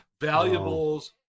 valuables